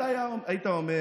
אתה היום היית אומר: